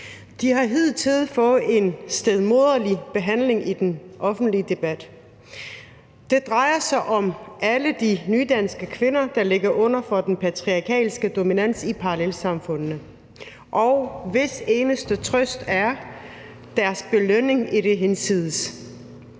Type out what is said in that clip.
De har hidtil fået en stedmoderlig behandling i den offentlige debat. Det drejer sig om alle de nydanske kvinder, der ligger under for den patriarkalske dominans i parallelsamfundene, og hvis eneste trøst er deres belønning i det hinsides.